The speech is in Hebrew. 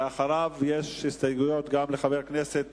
ואחריו יש הסתייגויות גם לחבר הכנסת